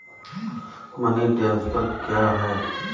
Money transfer क्या है?